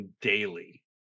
daily